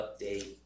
update